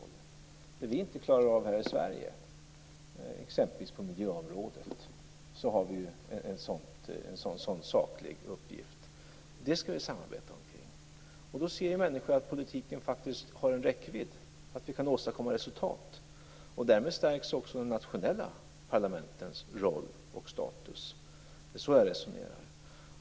I fråga om det som vi inte klarar av här i Sverige - exempelvis på miljöområdet - har vi en sådan saklig uppgift. Det skall vi samarbeta omkring. Då ser människor att politiken faktiskt har en räckvidd och att vi kan åstadkomma resultat. Därmed stärks också de nationella parlamentens roll och status. Det är så jag resonerar.